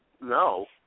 No